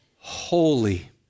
holy